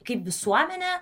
kaip visuomenė